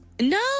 No